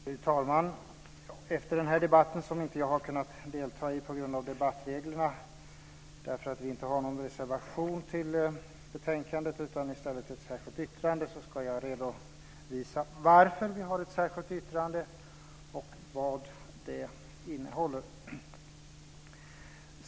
Fru talman! Efter den här debatten - som jag inte har kunnat delta i på grund av debattreglerna därför att vi inte har fogat någon reservation till betänkandet utan i stället ett särskilt yttrande - ska jag redovisa varför vi har ett särskilt yttrande och vad det innehåller.